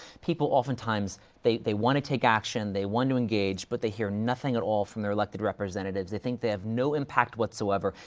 people oftentimes they, they want to take action, they want to engage, but they hear nothing at all from their elected representatives. they think they have no impact whatsoever.